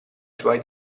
suoi